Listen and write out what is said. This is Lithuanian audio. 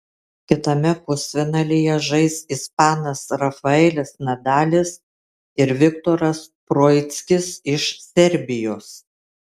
kitame pusfinalyje žais ispanas rafaelis nadalis ir viktoras troickis iš serbijos